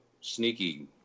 sneaky